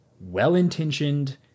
well-intentioned